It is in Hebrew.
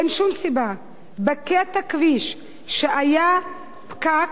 אין שום סיבה שבקטע כביש שהיה פקוק,